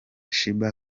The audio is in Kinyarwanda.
sheebah